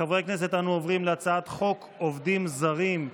חברי הכנסת, אנו עוברים להצעת חוק עובדים זרים.